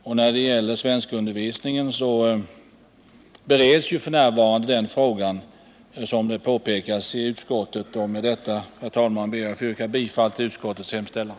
Som påpekas i utskottet bereds f. n. frågan om svenskundervisningen för invandrare. Med detta, herr talman, ber jag att få yrka bifall till utskottets hemställan.